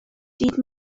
dydd